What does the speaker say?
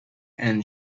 and